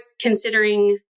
considering